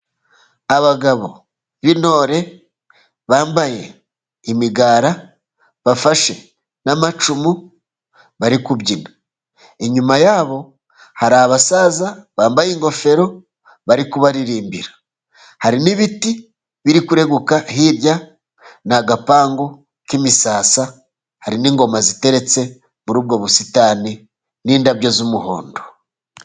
Abagabo b'intore bambaye imigara, bafashe n'amacumu, bari kubyina, inyuma yabo hari abasaza bambaye ingofero bari kubaririmbira, harimo ibiti biri kureguka hirya n'agapangu k'imisasa, hari n'ingoma ziteretse muri ubwo busitani n'indabyo z'umuhondo.